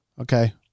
Okay